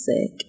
sick